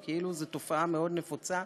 או כאילו זו תופעה מאוד נפוצה.